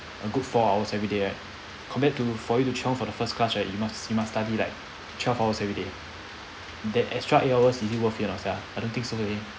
a good four hours everyday right compared to for you to chiong for the first class right you must you must study like twelve hours every day that extra eight hours is it worth it or not sia I don't think so leh